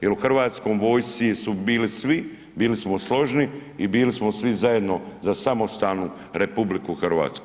Jer u Hrvatskoj vojsci su bili svi, bili smo složni i bili smo svi zajedno za samostalnu RH.